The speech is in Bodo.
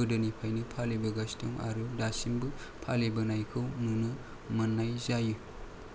गोदोनिफ्रायनो फालिबोगासिनो आरो दासिमबो फालिबोनायखौ नुनो मोन्नाय जायो